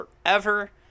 forever